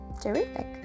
terrific